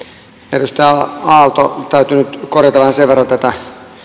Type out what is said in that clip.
edustaja aalto täytyy nyt korjata vähän sen verran tätä